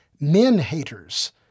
men-haters